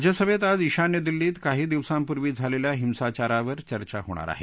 राज्यसभेत आज ईशान्य दिल्लीत काही दिवसांपूर्वी झालेल्या हिंसाचारावर चर्चा होणार आहे